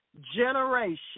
generation